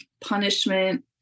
punishment